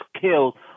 killed